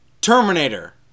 Terminator